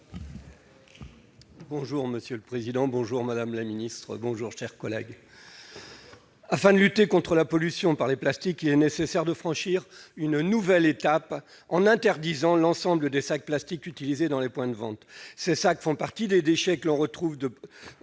Labbé, pour présenter l'amendement n° 674 rectifié . Afin de lutter contre la pollution par les plastiques, il est nécessaire de franchir une nouvelle étape en interdisant l'ensemble des sacs plastiques utilisés dans les points de vente. Ces sacs font partie des déchets que l'on retrouve en